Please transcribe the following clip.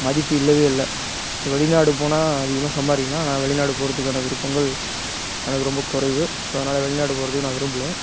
மதிப்பு இல்லவே இல்லை ஸோ வெளிநாடு போனால் அதிகமாக சம்பாதிக்கலாம் ஆனால் வெளிநாடு போகிறதுக்கான விருப்பங்கள் எனக்கு ரொம்ப குறைவு ஸோ அதனால் வெளிநாடு போகிறதுக்கு நான் விரும்பல